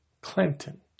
Clinton